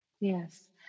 Yes